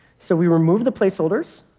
so we remove the placeholders.